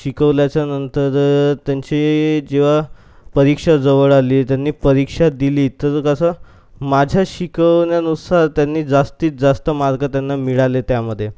शिकवल्याच्यानंतर त्यांची जेव्हा परीक्षा जवळ आली त्यांनी परीक्षा दिली तर कसं माझ्या शिकवण्यानुसार त्यांनी जास्तीत जास्त मार्क त्यांना मिळाले त्यामध्ये